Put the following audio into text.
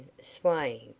swaying